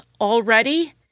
already